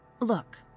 Look